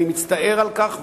ואני מצטער על כך,